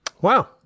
Wow